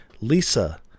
Lisa